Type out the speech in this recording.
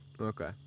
Okay